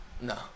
No